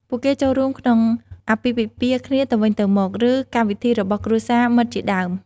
ពួកគេចូលរួមក្នុងអាពាហ៍ពិពាហ៍គ្នាទៅវិញទៅមក ឬកម្មវិធីរបស់គ្រួសារមិត្តជាដើម។។